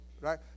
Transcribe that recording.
right